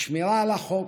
לשמירה על החוק,